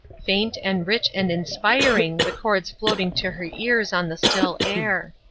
faint and rich and inspiring the chords floating to her ears on the still air.